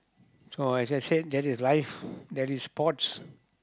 so as I said that is life that is sports